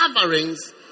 coverings